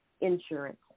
insurance